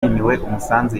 umusanzu